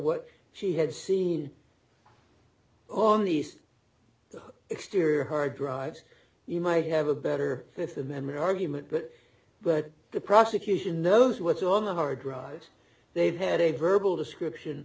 what she had seen on the east exterior hard drives you might have a better fifth amendment argument but but the prosecution those what you all know hard drives they've had a verbal description